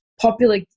Popular